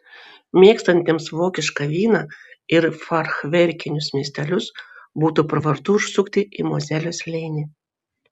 mėgstantiems vokišką vyną ir fachverkinius miestelius būtų pravartu užsukti į mozelio slėnį